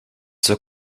zur